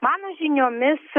mano žiniomis